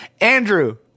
Andrew